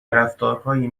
رفتارهایی